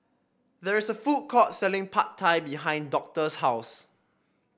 there is a food court selling Pad Thai behind Doctor's house